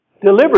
deliver